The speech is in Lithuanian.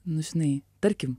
nu žinai tarkim